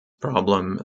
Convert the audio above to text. problem